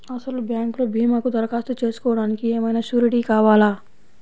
అసలు బ్యాంక్లో భీమాకు దరఖాస్తు చేసుకోవడానికి ఏమయినా సూరీటీ కావాలా?